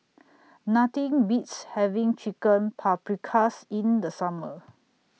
Nothing Beats having Chicken Paprikas in The Summer